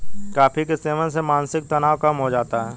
coffee के सेवन से मानसिक तनाव कम हो जाता है